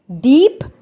Deep